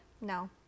no